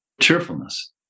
cheerfulness